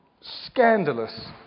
scandalous